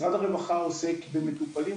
משרד הרווחה עוסק במטופלים,